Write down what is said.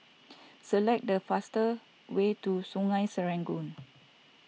select the fastest way to Sungei Serangoon